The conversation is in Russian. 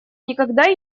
никогда